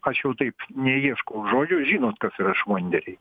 aš jau taip neieškau žodžių žinot kas yra švonderiai